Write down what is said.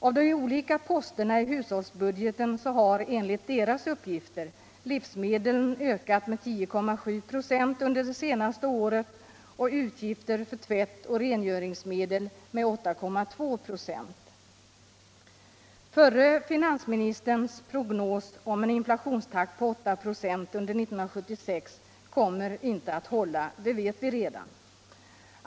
Av de olika posterna ; hushållsbudgeten har enligt deras uppgifter livsmedlen ökat med 10,7 25 under det senaste året och utgifter för tvätt och rengöringsmedel med 82 26. Förre finansministerns prognos om en inflationstakt på 8 ?5 under 1976 kommer inte att hålla, det vet vi redan.